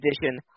edition